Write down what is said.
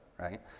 right